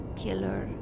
killer